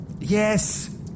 Yes